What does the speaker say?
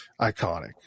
iconic